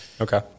Okay